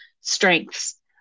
strengths